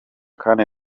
kandi